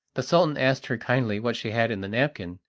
the sultan asked her kindly what she had in the napkin,